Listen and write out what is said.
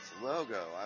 logo